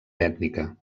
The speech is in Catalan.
ètnica